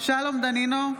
שלום דנינו,